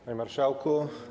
Panie Marszałku!